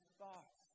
thoughts